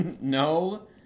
No